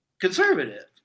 conservative